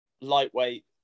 lightweight